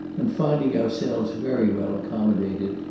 and finding ourselves very well accommodated,